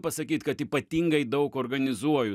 pasakyt kad ypatingai daug organizuoju